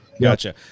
gotcha